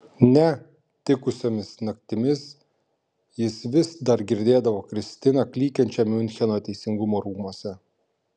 ne tikusiomis naktimis jis vis dar girdėdavo kristiną klykiančią miuncheno teisingumo rūmuose